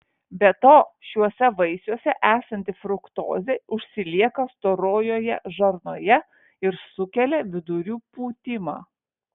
be to šiuose vaisiuose esanti fruktozė užsilieka storojoje žarnoje ir sukelia vidurių pūtimą